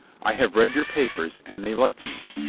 i have read your papers, and they like me.